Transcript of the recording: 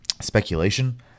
speculation